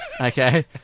Okay